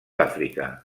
àfrica